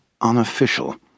unofficial